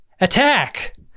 Attack